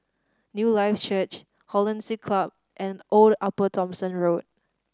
Newlife Church Hollandse Club and Old Upper Thomson Road